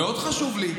מאוד חשוב לי.